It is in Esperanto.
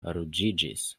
ruĝiĝis